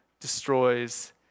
destroys